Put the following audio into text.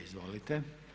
Izvolite.